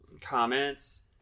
comments